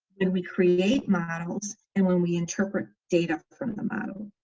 and we create models and when we interpret data from the model.